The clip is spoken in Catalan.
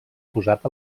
posat